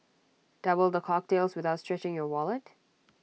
double the cocktails without stretching your wallet